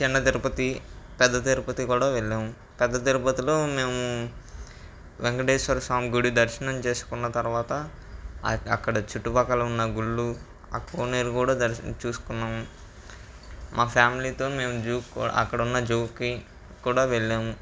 చిన్న తిరుపతి పెద్ద తిరుపతి కూడా వెళ్ళాం పెద్ద తిరుపతిలో మేము వెంకటేశ్వర స్వామి గుడి దర్శనం చేసుకున్న తర్వాత అక్కడ చుట్టుపక్కల ఉన్న గుళ్ళు ఆ కోనేరు కూడా దర్శిం చూసుకున్నాం మా ఫ్యామిలీతో మేం జూ కూడా అక్కడ ఉన్న జూకి కూడా వెళ్ళాము